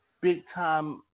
big-time